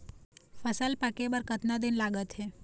फसल पक्के बर कतना दिन लागत हे?